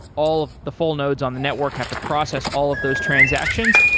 all of the full nodes on the network have to process all of those transactions.